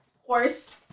horse